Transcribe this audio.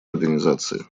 организации